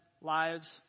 lives